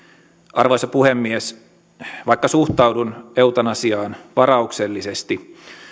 arvoisa puhemies vaikka suhtaudun eutanasiaan varauksellisesti